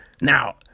Now